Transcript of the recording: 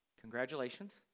Congratulations